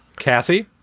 cassie,